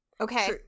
okay